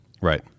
Right